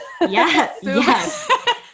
yes